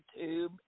YouTube